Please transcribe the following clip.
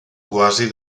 quasi